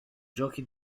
giochi